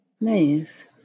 Nice